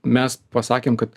mes pasakėm kad